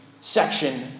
section